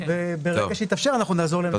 ברגע שיתאפשר אנחנו נעזור להם להגיע.